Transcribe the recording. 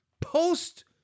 Post